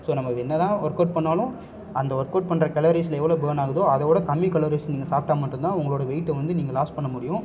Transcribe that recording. so நம்ப என்ன தான் ஒர்க் அவுட் பண்ணாலும் அந்த ஒர்க் அவுட் பண்ணுற கலோரிஸில் எவ்வளோ பர்ன் ஆகுதோ அதை விட கம்மி கலோரிஸ் நீங்கள் சாப்பிட்டா மட்டும் தான் உங்களோட வெயிட்டை வந்து நீங்கள் லாஸ் பண்ண முடியும்